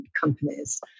companies